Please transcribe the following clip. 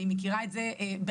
אני מכירה את זה בעצמי,